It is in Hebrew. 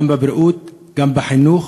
גם בבריאות, גם בחינוך,